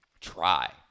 Try